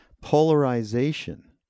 polarization